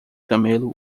camelo